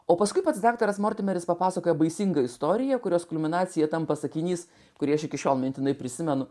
o paskui pats daktaras mortimeris papasakojo baisingą istoriją kurios kulminacija tampa sakinys kurį aš iki šiol mintinai prisimenu